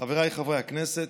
חבריי חברי הכנסת,